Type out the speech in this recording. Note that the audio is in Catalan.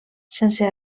sense